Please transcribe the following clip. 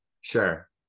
Sure